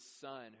son